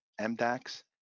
MDAX